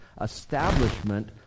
establishment